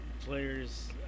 players